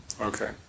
Okay